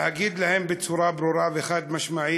להגיד להם בצורה ברורה וחד-משמעית